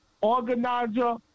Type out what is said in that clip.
organizer